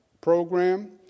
Program